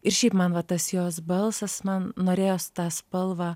ir šiaip man va tas jos balsas man norėjos tą spalvą